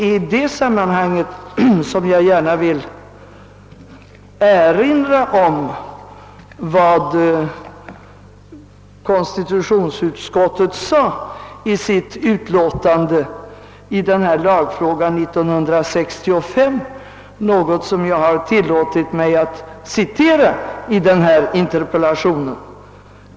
I det sammanhanget vill jag erinra om vad konstitutionsutskottet skrev i sitt utlåtande rörande denna lagfråga 1965. Jag har också tillåtit mig att återge det i min interpellation.